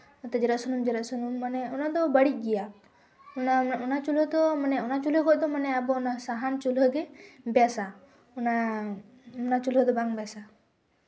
ᱡᱮᱨᱮᱡ ᱥᱩᱱᱩᱢ ᱡᱮᱨᱮᱡ ᱥᱩᱱᱩᱢ ᱢᱟᱱᱮ ᱚᱱᱟᱫᱚ ᱵᱟᱹᱲᱤᱡᱽ ᱜᱮᱭᱟ ᱚᱱᱟ ᱪᱩᱞᱦᱟᱹ ᱫᱚ ᱢᱟᱱᱮ ᱚᱱᱟ ᱪᱩᱞᱦᱟᱹ ᱠᱷᱚᱡ ᱫᱚ ᱢᱟᱱᱮ ᱟᱵᱚ ᱚᱱᱟ ᱥᱟᱦᱟᱱ ᱪᱩᱞᱦᱟᱹ ᱜᱮ ᱵᱮᱥᱼᱟ ᱚᱱᱟ ᱚᱱᱟ ᱪᱩᱞᱦᱟᱹ ᱫᱚ ᱵᱟᱝ ᱵᱮᱥᱼᱟ